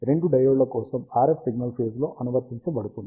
కాబట్టి రెండు డయోడ్ల కోసం RF సిగ్నల్ ఫేజ్ లో అనువర్తించబడుతుంది